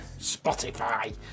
Spotify